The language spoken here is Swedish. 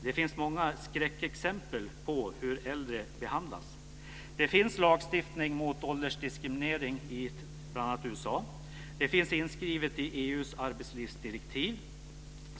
Det finns många skräckexempel på hur äldre behandlas. Det finns lagstiftning mot åldersdiskriminering bl.a. i USA. Det finns även inskrivet i EU:s arbetslivsdirektiv.